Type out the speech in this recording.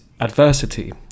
adversity